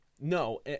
No